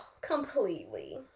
completely